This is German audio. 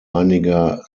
einiger